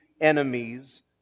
enemies